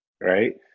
right